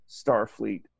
Starfleet